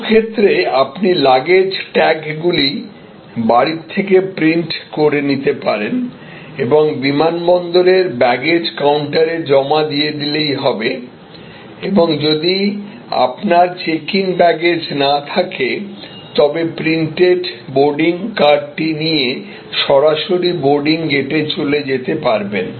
কিছু ক্ষেত্রে আপনি লাগেজ ট্যাগগুলি বাড়ি থেকে প্রিন্ট করে নিতে পারেন এবং বিমানবন্দরের ব্যাগেজ কাউন্টারে জমা দিয়ে দিলেই হবে এবং যদি আপনার চেক ইন ব্যাগেজ না থাকে তবে প্রিন্টেড বোর্ডিং কার্ডটি নিয়ে সরাসরি বোর্ডিং গেটে চলে যেতে পারবেন